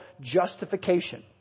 justification